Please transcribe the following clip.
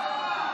הופה.